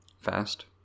Fast